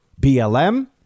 BLM